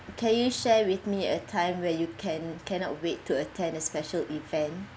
can you share with me a time where you can cannot wait to attend a special event